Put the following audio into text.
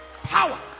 power